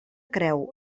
creu